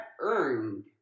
earned